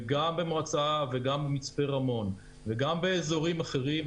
וגם במצפה רמון וגם באזורים אחרים,